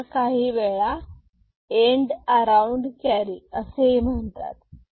याला काही वेळा एंड अराऊंड कॅरी असे म्हणतात